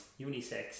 unisex